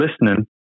listening